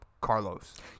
carlos